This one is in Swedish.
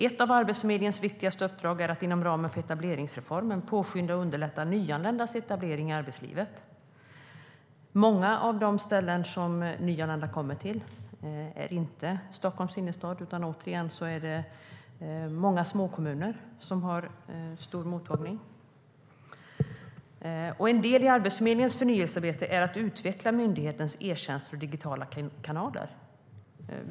Ett av Arbetsförmedlingens viktigaste uppdrag är att inom ramen för etableringsreformen påskynda och underlätta nyanländas etablering i arbetslivet. Många av de ställen som nyanlända kommer till är inte Stockholms innerstad. Många småkommuner har stor mottagning. En del i Arbetsförmedlingens förnyelsearbete är att utveckla myndighetens e-tjänster och digitala kanaler.